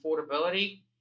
affordability